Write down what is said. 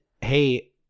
hey